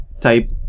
type